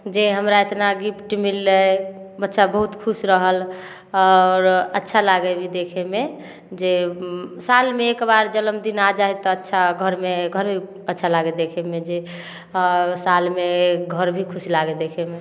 जे हमरा इतना गिफ्ट मिललै बच्चा बहुत खुश रहल आओर अच्छा लागै हइ देखयमे जे सालमे एक बार जन्मदिन आ जाइ हइ तऽ अच्छा घरमे घरमे अच्छा लागै देखयमे जे सालमे घर भी खुश लागै देखयमे